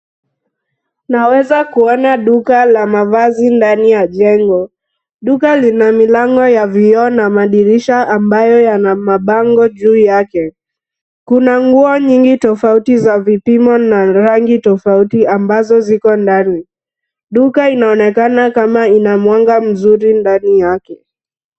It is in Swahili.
Naweza kuona duka la mavazi ndani ya jengo. Duka lina milango ya vioo na madirisha ambayo yana mabango juu yake. Kuna nguo nyingi tofauti za vipimo na rangi tofauti ambazo ziko ndani. Duka inaonekana kama ina mwanga mzuri ndani yake.